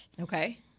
Okay